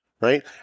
right